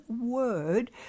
word